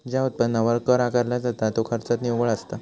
ज्या उत्पन्नावर कर आकारला जाता त्यो खर्चाचा निव्वळ असता